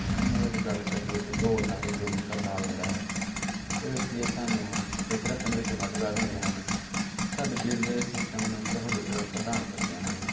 ਇਹਨਾਂ ਵਿੱਚ ਗੱਲ ਕਰੀਏ ਤਾਂ ਦੌੜਨਾ ਜਾਂ ਜੋਗਿੰਗ ਕਰਨਾ ਆ ਜਾਂਦਾ ਹੈ ਇਹਦੇ ਵਿੱਚ ਕੀ ਆ ਸਾਨੂੰ ਫਿਟ ਰੱਖਣ ਵਿੱਚ ਮਦਦਗਾਰ ਹੁੰਦੇ ਹਨ ਸਾਡੇ ਦਿਲ ਸਿਸਟਮ ਨੂੰ ਸਹੂਲਤ ਪ੍ਰਦਾਨ ਕਰਦੀਆਂ ਹਨ